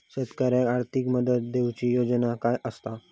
शेतकऱ्याक आर्थिक मदत देऊची योजना काय आसत?